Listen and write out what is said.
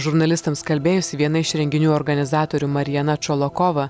žurnalistams kalbėjusi viena iš renginių organizatorių marijana čolokova